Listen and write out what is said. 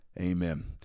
Amen